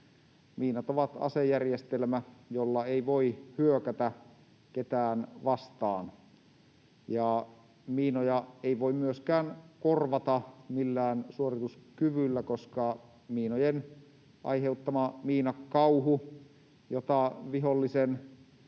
Miinat ovat asejärjestelmä, jolla ei voi hyökätä ketään vastaan, ja miinoja ei voi myöskään korvata millään suorituskyvyllä, koska miinojen aiheuttamaa miinakauhua, jota vihollisen